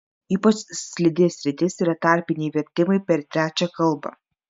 ypač slidi sritis yra tarpiniai vertimai per trečią kalbą